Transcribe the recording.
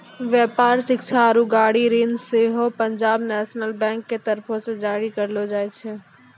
व्यापार, शिक्षा आरु गाड़ी ऋण सेहो पंजाब नेशनल बैंक के तरफो से जारी करलो जाय छै